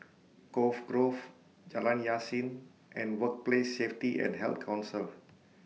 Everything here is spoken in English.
Cove Grove Jalan Yasin and Workplace Safety and Health Council